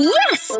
yes